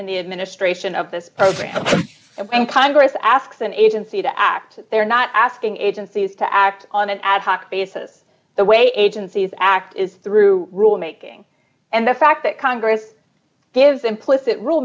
in the administration of this program and congress asks an agency to act they're not asking agencies to act on an ad hoc basis the way agencies act is through rulemaking and the fact that congress gives implicit r